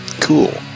cool